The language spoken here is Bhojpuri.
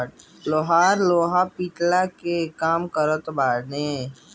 लोहार लोहा पिटला कअ काम करत बाने